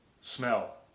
smell